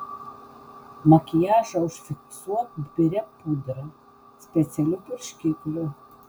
makiažą užfiksuok biria pudra specialiu purškikliu